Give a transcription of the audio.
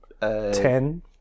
Ten